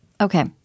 Okay